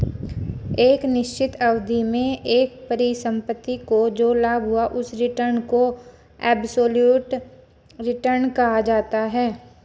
एक निश्चित अवधि में एक परिसंपत्ति को जो लाभ हुआ उस रिटर्न को एबसोल्यूट रिटर्न कहा जाता है